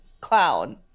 clown